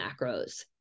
macros